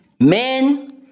Men